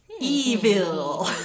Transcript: Evil